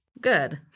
Good